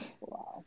Wow